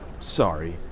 Sorry